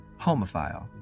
Homophile